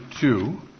two